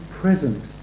present